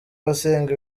abasenga